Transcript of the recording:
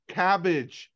cabbage